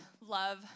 love